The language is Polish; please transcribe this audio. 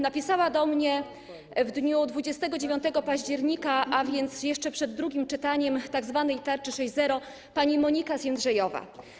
Napisała do mnie w dniu 29 października, a więc jeszcze przed drugim czytaniem tzw. tarczy 6.0, pani Monika z Jędrzejowa.